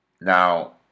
Now